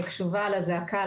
אני קשובה לזעקה,